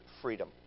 freedom